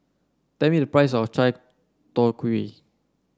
tell me the price of Chai Tow Kuay